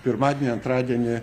pirmadienį antradienį